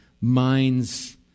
minds